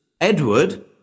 Edward